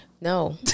No